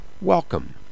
Welcome